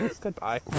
Goodbye